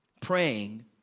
Praying